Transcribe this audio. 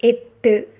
எட்டு